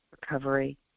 recovery